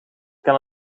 kan